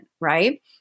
Right